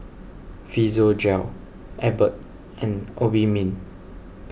Physiogel Abbott and Obimin